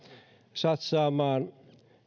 satsaamaan